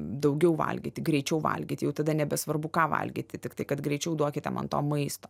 daugiau valgyti greičiau valgyti jau tada nebesvarbu ką valgyti tiktai kad greičiau duokite man to maisto